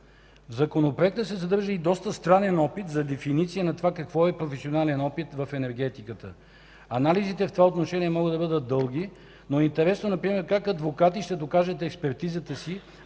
В законопроекта се съдържа и доста странен опит за дефиниция на това какво е професионален опит в енергетиката. Анализите в това отношение могат да бъдат дълги, но интересно е например как адвокати ще докажат експертизата си